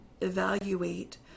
evaluate